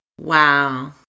Wow